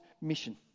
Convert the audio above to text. mission